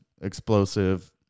explosive